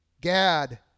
Gad